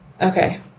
Okay